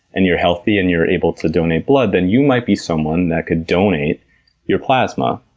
and you're healthy, and you're able to donate blood, then you might be someone that could donate your plasma.